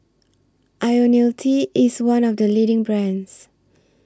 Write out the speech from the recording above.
Ionil T IS one of The leading brands